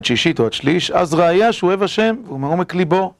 עד שישית או עד שליש, אז ראיה שאוהב השם ומעומק ליבו.